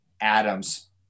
Adams